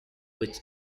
which